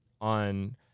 on